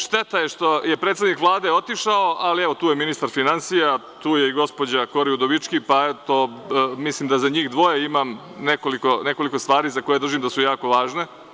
Šteta je što je predsednik Vlade otišao, ali tu je ministar finansija, tu je i gospođa Kori Udovički, pa mislim da za njih dvoje imam nekoliko stvari za koje držim da su jako važne.